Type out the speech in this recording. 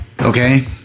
okay